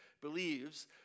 believes